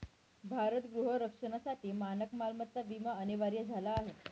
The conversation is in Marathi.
भारत गृह रक्षणासाठी मानक मालमत्ता विमा अनिवार्य झाला आहे